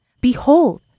Behold